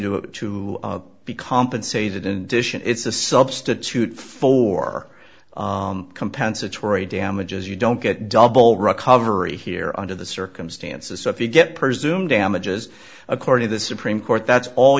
you to to be compensated and it's a substitute for compensatory damages you don't get double recovery here under the circumstances so if you get presumed damages according to the supreme court that's all